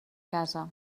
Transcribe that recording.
casa